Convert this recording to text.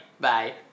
Bye